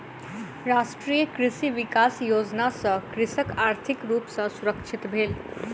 राष्ट्रीय कृषि विकास योजना सॅ कृषक आर्थिक रूप सॅ सुरक्षित भेल